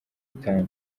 itanu